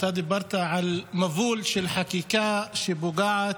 אתה דיברת על מבול של חקיקה שפוגעת